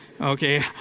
Okay